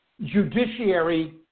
Judiciary